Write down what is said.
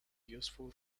useful